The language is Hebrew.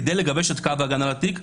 כדי לגבש את קו ההגנה בתיק,